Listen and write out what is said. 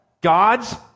God's